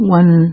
one